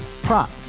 Prop